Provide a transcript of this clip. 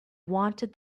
wanted